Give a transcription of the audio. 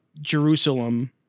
Jerusalem